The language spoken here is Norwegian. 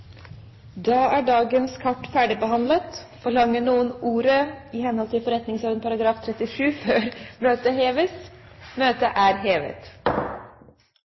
er sak nr. 2 ferdigbehandlet. Det foreligger ikke noe referat. Ber noen om ordet i henhold til forretningsordenens § 37 a før møtet heves? – Møtet er hevet.